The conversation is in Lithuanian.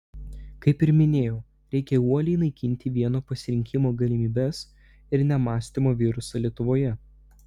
kaip ir minėjau reikia uoliai naikinti vieno pasirinkimo galimybės ir nemąstymo virusą lietuvoje